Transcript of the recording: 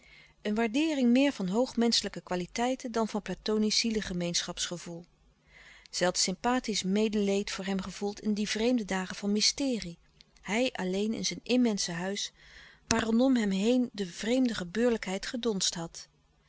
een waardeering meer van hoog menschelijke kwaliteiten dan van platonisch zielegemeenschapsgevoel zij had sympathisch medeleed voor hem gevoeld in die vreemde dagen van mysterie hij alleen in zijn immense huis waar rondom hem heen de vreemde gebeurlijkheid gedonsd had